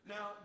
Now